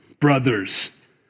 brothers